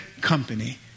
company